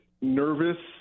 nervous